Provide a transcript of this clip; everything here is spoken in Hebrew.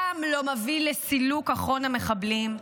גם לא מביא לסילוק אחרון המחבלים,